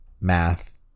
math